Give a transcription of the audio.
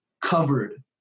covered